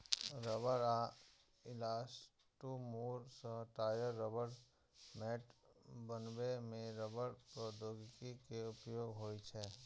रबड़ या इलास्टोमोर सं टायर, रबड़ मैट बनबै मे रबड़ प्रौद्योगिकी के उपयोग होइ छै